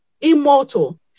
immortal